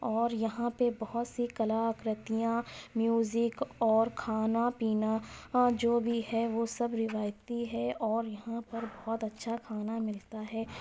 اور یہاں پہ بہت سی کلا کریتیاں میوزک اور کھانا پینا جو بھی ہے وہ سب روایتی ہے اور یہاں پر بہت اچھا کھانا ملتا ہے